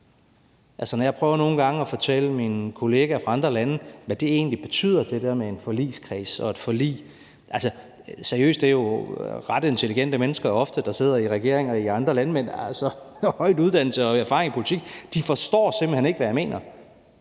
når jeg nogle gange prøver at fortælle mine kollegaer fra andre lande, hvad det der med en forligskreds og et forlig egentlig betyder – og det er jo ofte ret intelligente mennesker, der sidder i regeringer i andre lande, altså med høj uddannelse og erfaring i politik – så forstår de simpelt hen ikke, hvad jeg mener.